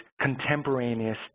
contemporaneous